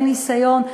בעלי ניסיון,